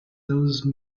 those